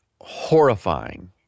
horrifying